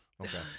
Okay